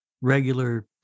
regular